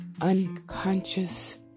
unconscious